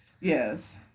Yes